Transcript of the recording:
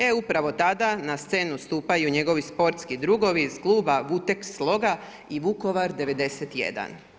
E upravo tada na scenu stupaju njegovi sportski drugovi iz Kluba Vuteks-Sloga i Vukovar '91.